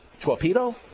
torpedo